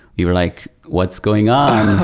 we were like, what's going on?